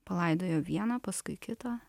palaidojo vieną paskui kitą